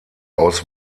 aus